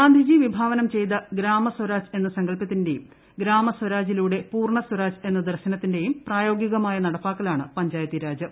ഗാന്ധിജി വിഭാവനം ചെയ്ത ഗ്രാമ സ്വരാജ് എന്ന സങ്കൽപത്തിന്റെയും ഗ്രാമ സ്വരാജിലൂടെ പൂർണ സ്വരാജ് എന്ന ദർശനത്തിന്റെയും പ്രായോഗികമായ നടപ്പാക്കലാണ് പഞ്ചായത്തീരാജ്